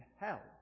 hell